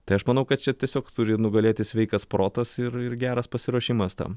tai aš manau kad čia tiesiog turi nugalėti sveikas protas ir ir geras pasiruošimas tam